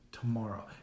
tomorrow